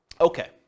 okay